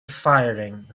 firing